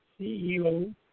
CEO